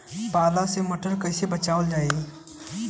पाला से मटर कईसे बचावल जाई?